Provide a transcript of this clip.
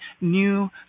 new